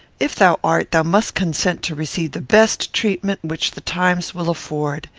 if thou art, thou must consent to receive the best treatment which the times will afford.